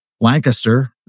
lancaster